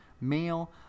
male